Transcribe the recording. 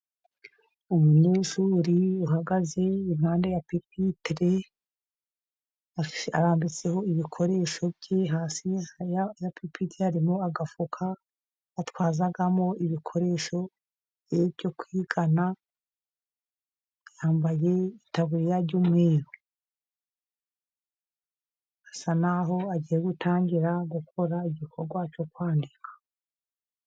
Umunyeshuri uhagaze impande ya pipitire, arambitseho ibikoresho bye. Hasi ya pipitire harimo agafuka atwazamo ibikoresho byo kwigana. Yambaye itaburiya y'umweru, asa naho agiye gutangira gukora igikorwa cyo kwandika.